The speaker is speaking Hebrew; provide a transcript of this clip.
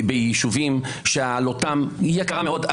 ביישובים שעלותם יקרה מאוד.